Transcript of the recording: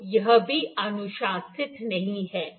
तो यह भी अनुशंसित नहीं है